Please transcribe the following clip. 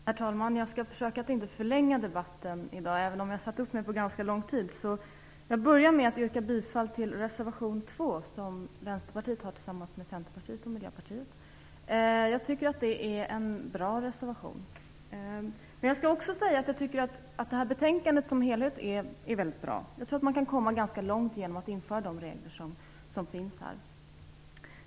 Herr talman! Jag skall försöka att inte förlänga debatten i dag även om jag har satt upp mig på ganska lång tid. Jag börjar med att yrka bifall till reservation 2 som Vänsterpartiet har tillsammans med Centerpartiet och Miljöpartiet. Jag tycker att det är en bra reservation. Men jag skall också säga att jag tycker att betänkandet som helhet är mycket bra. Jag tror att man kan komma ganska långt genom att införa de regler som finns här.